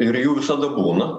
ir jų visada būna